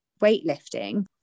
weightlifting